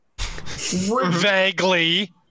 vaguely